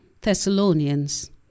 Thessalonians